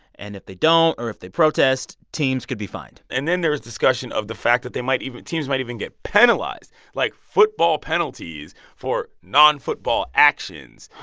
and if they don't or if they protest, teams could be fined and then there is discussion of the fact that they might even teams might even get penalized like, football penalties for non-football actions,